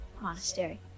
Monastery